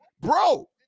Bro